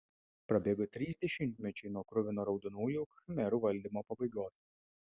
prabėgo trys dešimtmečiai nuo kruvino raudonųjų khmerų valdymo pabaigos